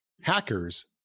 hackers